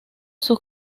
sus